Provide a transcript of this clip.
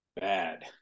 bad